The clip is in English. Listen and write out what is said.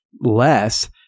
less